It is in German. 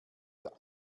der